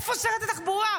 איפה שרת התחבורה?